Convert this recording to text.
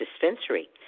dispensary